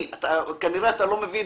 אתה כנראה לא מבין